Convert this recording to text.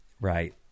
Right